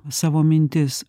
savo mintis